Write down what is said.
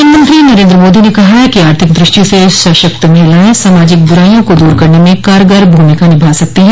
प्रधानमंत्री नरेन्द्र मोदी ने कहा है कि आर्थिक दृष्टि से सशक्त महिलाएं सामाजिक बुराइयों को दूर करन में कारगर भूमिका निभा सकती हैं